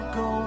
go